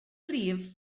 rif